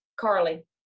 Carly